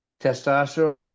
testosterone